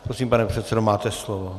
Prosím, pane předsedo, máte slovo.